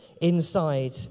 inside